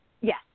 Yes